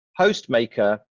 Hostmaker